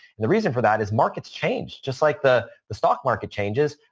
and the reason for that is markets change just like the the stock market changes,